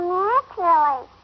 naturally